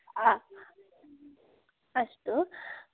हा अस्तु